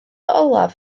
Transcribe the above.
olaf